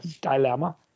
dilemma